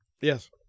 Yes